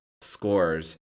scores